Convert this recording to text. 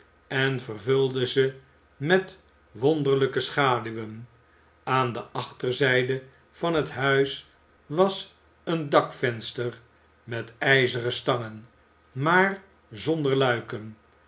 en vervulde ze met wonderlijke schaduwen aan de achterzijde van het huis was een dakvenster met ijzeren stangen maar zonder luiken